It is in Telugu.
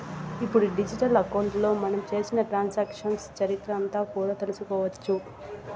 ఇప్పుడు డిజిటల్ అకౌంట్లో మనం చేసిన ట్రాన్సాక్షన్స్ చరిత్ర అంతా కూడా తెలుసుకోవచ్చు